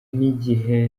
n’igihe